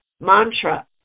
mantra